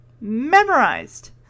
Memorized